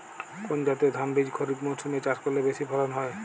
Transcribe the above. কোন জাতের ধানবীজ খরিপ মরসুম এ চাষ করলে বেশি ফলন হয়?